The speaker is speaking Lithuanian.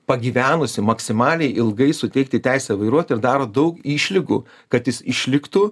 pagyvenusį maksimaliai ilgai suteikti teisę vairuoti ir daro daug išlygų kad jis išliktų